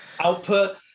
output